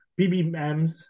BBMs